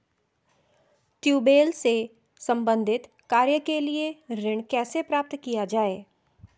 Tubewell से संबंधित कार्य के लिए ऋण कैसे प्राप्त किया जाए?